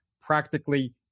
practically